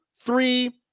three